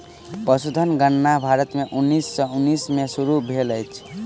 पशुधन गणना भारत में उन्नैस सौ उन्नैस में शुरू भेल अछि